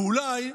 ואולי,